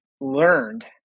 learned